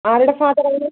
ആരുടെ ഫാദർ ആണ്